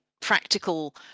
practical